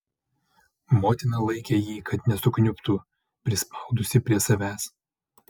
motina laikė jį kad nesukniubtų prispaudusi prie savęs